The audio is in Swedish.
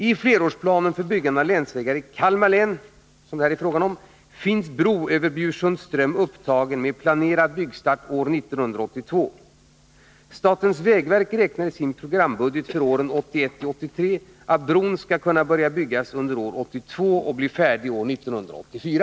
I flerårsplanen för byggande av länsvägar i Kalmar län finns bro över Bjursunds ström upptagen med planerad byggstart år 1982. Statens vägverk räknar i sin programbudget för åren 1981-1983 med att bron skall kunna börja byggas under år 1982 och bli färdig år 1984.